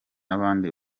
abandi